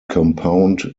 compound